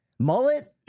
mullet